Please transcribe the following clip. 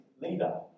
leader